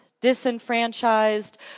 disenfranchised